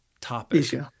topic